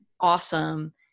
awesome